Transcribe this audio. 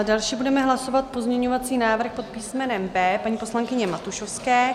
Další budeme hlasovat pozměňovací návrh pod písmenem B paní poslankyně Matušovské.